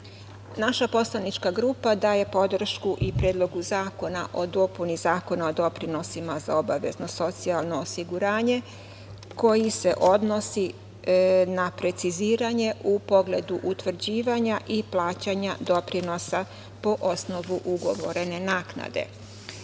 poslanička grupa daje podršku i Predlogu zakona o dopuni Zakona o doprinosima za obavezno socijalno osiguranje koji se odnosi na preciziranje u pogledu utvrđivanja i plaćanja doprinosa po osnovu ugovorene naknade. Na